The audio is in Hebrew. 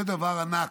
זה דבר ענק.